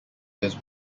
his